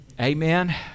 amen